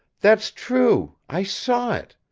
that's true! i saw it.